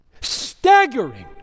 staggering